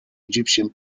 egyptian